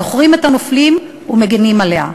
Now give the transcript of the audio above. זוכרים את הנופלים ומגינים עליה,